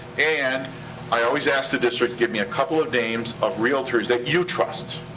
and i always ask the district, give me a couple of names of realtors that you trust,